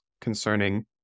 concerning